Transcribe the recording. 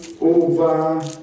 over